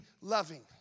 loving